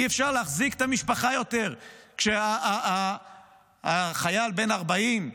אי-אפשר להחזיק את המשפחה יותר כשהחייל בן ה-40,